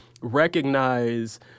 recognize